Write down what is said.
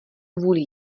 kvůli